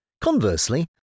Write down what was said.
Conversely